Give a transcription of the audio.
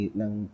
ng